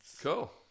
Cool